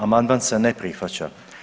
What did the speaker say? Amandman se ne prihvaća.